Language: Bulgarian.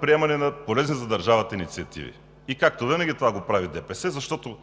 приемането на полезни за държавата инициативи. Както винаги, това го прави ДПС, защото